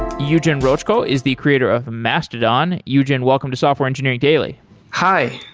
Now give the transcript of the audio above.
eugen rochko is the creator of mastodon. eugen, welcome to software engineering daily hi.